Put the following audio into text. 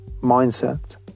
mindset